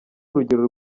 urugero